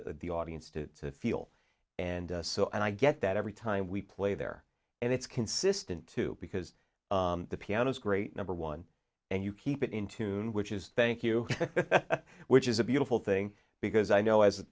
the audience to feel and so i get that every time we play there and it's consistent too because the piano is great number one and you keep it in tune which is thank you which is a beautiful thing because i know as